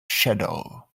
shadow